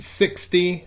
sixty